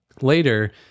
later